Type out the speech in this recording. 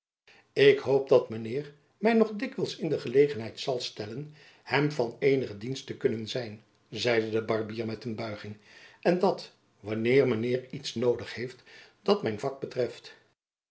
ik hoop dat mijn heer my nog dikwijls in de gelegenheid zal stellen hem van eenige dienst te kunnen zijn zeide de barbier met een buiging en dat wanneer mijn heer iets noodig heeft dat mijn vak betreft